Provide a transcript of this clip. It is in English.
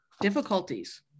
difficulties